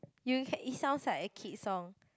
you can it sounds like a kid song